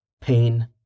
pain